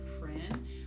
friend